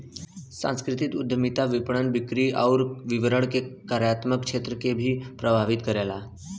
सांस्कृतिक उद्यमिता विपणन, बिक्री आउर वितरण के कार्यात्मक क्षेत्र के भी प्रभावित करला